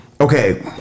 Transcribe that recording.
okay